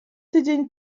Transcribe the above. tydzień